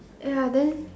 ya then